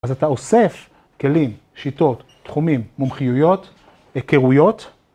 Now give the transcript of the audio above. אז אתה אוסף כלים, שיטות, תחומים, מומחיות הכרויות.